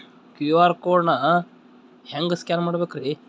QR code ನಾ ಹೆಂಗ scan ಮಾಡಬೇಕ್ರಿ?